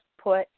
put